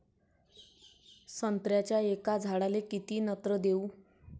संत्र्याच्या एका झाडाले किती नत्र देऊ?